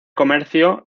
comercio